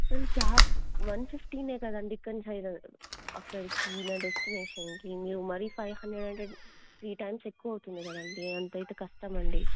అసలు cab one fifty కదండీ ఇక్కడ నుంచి అక్కడికి ఈ నా డెస్టినేేషన్కి మీరు మరీ ఫైవ్ హండ్రెడ్ అంటే త్రీ టైమ్స్ ఎక్కువ అవుతుంది కదండి అంత అయితే కష్టమండి